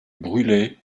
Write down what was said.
brulé